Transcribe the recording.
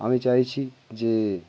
আমি চাইছি যে